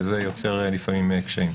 וזה יוצר לפעמים קשיים.